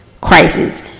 Crisis